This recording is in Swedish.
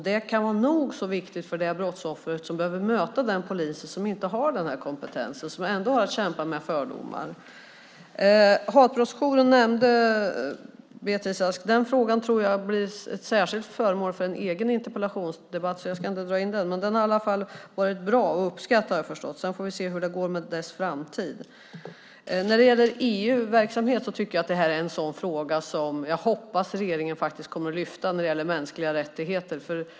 Det kan vara nog så viktigt för det brottsoffer som behöver möta en polis som inte har denna kompetens och ändå har att kämpa med fördomar. Beatrice Ask nämnde Stockholmspolisens hatbrottsjour. Den kommer att bli föremål för en egen interpellationsdebatt, så jag ska inte dra in den. Den har dock varit bra och uppskattad. Vi får se hur det går med dess framtid. Jag hoppas att regeringen kommer att lyfta fram denna fråga i EU när det gäller mänskliga rättigheter.